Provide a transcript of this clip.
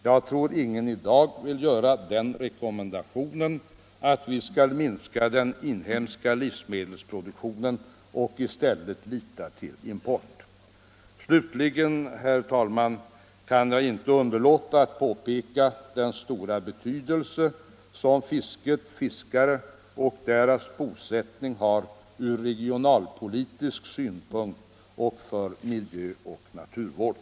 Jag tror att ingen i dag vill göra den rekommendationen att vi skall minska den inhemska livsmedels produktionen och i stället byta till import. Slutligen, herr talman, kan jag inte underlåta att påpeka den stora betydelse som fisket, fiskarna och deras bosättning har från regionalpolitisk synpunkt och för miljöoch naturvård.